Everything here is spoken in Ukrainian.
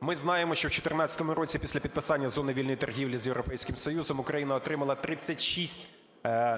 Ми знаємо, що в 14-му році після підписання зони вільної торгівлі з Європейським Союзом Україна отримала 36